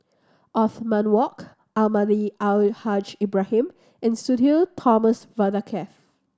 Othman Wok Almahdi Al Haj Ibrahim and Sudhir Thomas Vadaketh